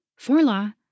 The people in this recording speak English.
Forlaw